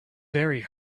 very